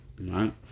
right